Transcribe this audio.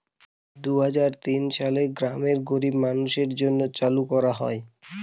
দুই হাজার তিন সালে গ্রামের গরীব মানুষদের জন্য চালু করা হয়